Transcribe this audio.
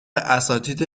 اساتید